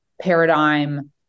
paradigm